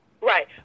Right